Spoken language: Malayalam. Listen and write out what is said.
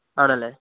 ആണല്ലേ